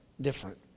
different